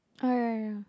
oh ya ya